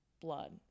blood